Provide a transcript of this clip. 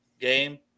game